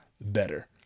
better